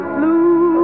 Blue